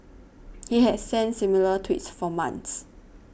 he had sent similar tweets for months